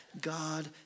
God